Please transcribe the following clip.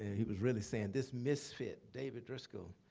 he was really saying, this misfit david driskell,